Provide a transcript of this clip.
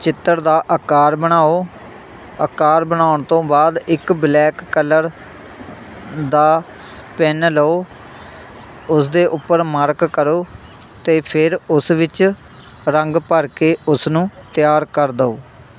ਚਿੱਤਰ ਦਾ ਆਕਾਰ ਬਣਾਉ ਆਕਾਰ ਬਣਾਉਣ ਤੋਂ ਬਾਅਦ ਇੱਕ ਬਲੈਕ ਕਲਰ ਦਾ ਪੈੱਨ ਲਉ ਉਸਦੇ ਉੱਪਰ ਮਾਰਕ ਕਰੋ ਅਤੇ ਫਿਰ ਉਸ ਵਿੱਚ ਰੰਗ ਭਰ ਕੇ ਉਸਨੂੰ ਤਿਆਰ ਕਰ ਦਿਉ